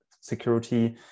security